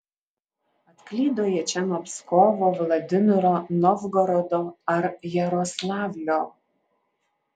atklydo jie čia nuo pskovo vladimiro novgorodo ar jaroslavlio